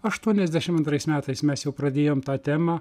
aštuoniasdešimt antrais metais mes jau pradėjom tą temą